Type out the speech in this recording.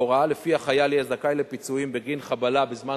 ההוראה שלפיה החייל יהיה זכאי לפיצויים בגין חבלה בזמן